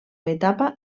etapa